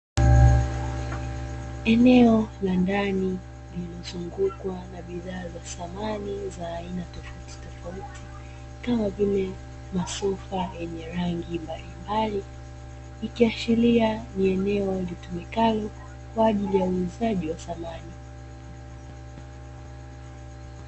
Eneo la ndani lililozungukwa na bidhaa za samani za aina tofautitofauti, kama vile masofa yenye rangi mbalimbali, ikiashiria ni eneo litumikalo kwa ajili ya uuzaji wa samani.